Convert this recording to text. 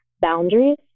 boundaries